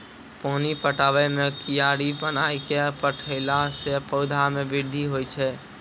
पानी पटाबै मे कियारी बनाय कै पठैला से पौधा मे बृद्धि होय छै?